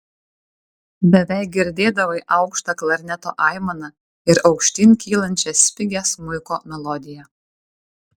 beveik girdėdavai aukštą klarneto aimaną ir aukštyn kylančią spigią smuiko melodiją